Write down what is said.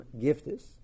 giftis